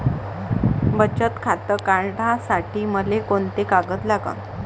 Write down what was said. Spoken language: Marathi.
बचत खातं काढासाठी मले कोंते कागद लागन?